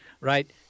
right